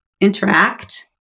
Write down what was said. interact